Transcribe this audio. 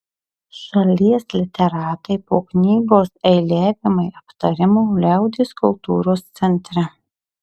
šalies literatai po knygos eiliavimai aptarimo liaudies kultūros centre